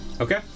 Okay